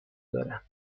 دارم